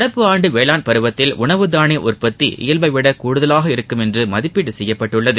நடப்பு ஆண்டு வேளாண் பருவத்தில் உணவு தானிய உற்பத்தி இயல்பைவிட கூடுதவாக இருக்கும் என்று மதிப்பீடு செய்யப்பட்டுள்ளது